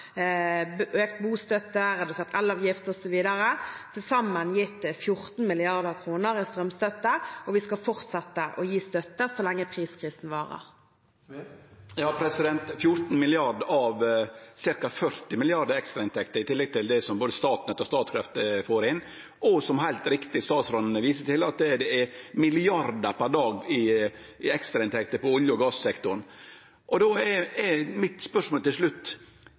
økt bostøtte, redusert elavgift osv., har til sammen gitt 14 mrd. kr i strømstøtte, og vi skal fortsette med å gi støtte så lenge priskrisen varer. Det er 14 mrd. kr av ca. 40 mrd. kr i ekstrainntekter i tillegg til det som både Statnett og Statkraft får inn, og som statsråden heilt riktig viser til, er det milliardar per dag i ekstrainntekter frå olje- og gassektoren. Då er mitt spørsmål til slutt: